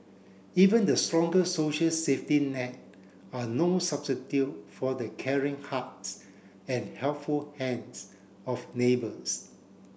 even the strongest social safety net are no substitute for the caring hearts and helpful hands of neighbours